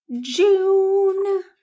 June